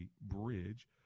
bridge